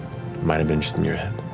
might've been just in your head.